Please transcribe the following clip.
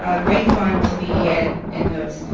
ah great fun, to be had in those.